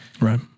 right